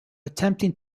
attempting